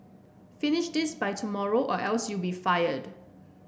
finish this by tomorrow or else you'll be fired